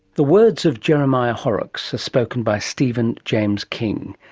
the words of jeremiah horrocks, as spoken by stephen james king.